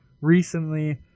recently